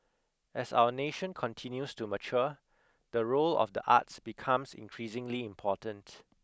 as our nation continues to mature the role of the arts becomes increasingly important